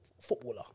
footballer